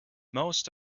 most